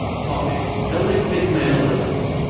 olympic olympic medalists